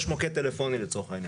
יש מוקד טלפוני לצורך העניין.